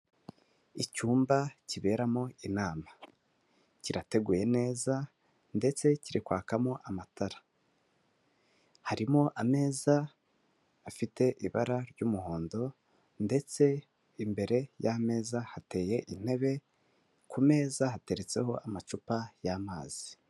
Icyumba kiberamo inama. Kirateguye neza ndetse kiri kwakamo amatara. Harimo ameza afite ibara ry'umuhondo ndetse imbere y'ameza hateye intebe, ku meza hateretseho amacupa y'amazi.